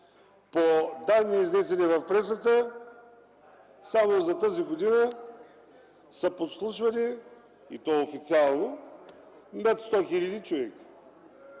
По данни, изнесени в пресата, само за тази година са подслушвани, и то официално над 100 хил. човека,